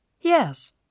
Yes